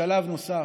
בשלב נוסף.